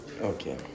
Okay